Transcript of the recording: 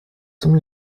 zum